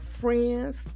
friends